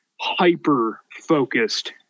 hyper-focused